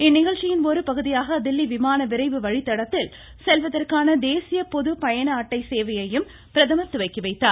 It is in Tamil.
இந்நிகழ்ச்சியின் ஒருபகுதியாக தில்லி விமான விரைவு வழித்தடத்தில் செல்வதற்கான தேசிய பொது பயண அட்டை சேவையையும் பிரதமர் துவக்கிவைத்தார்